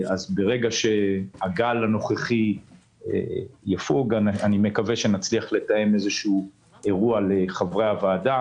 כאשר הגל הנוכחי יפוג אני מקווה שנצליח לתאם איזשהו אירוע לחברי הוועדה